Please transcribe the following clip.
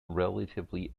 relatively